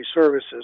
services